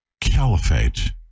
caliphate